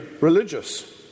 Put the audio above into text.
religious